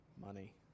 money